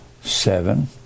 seven